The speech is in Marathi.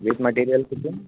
विथ मटेरियल किती